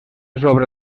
sobre